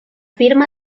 firma